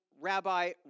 rabbi